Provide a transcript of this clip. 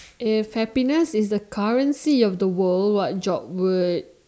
if happiness is the currency of the world what job would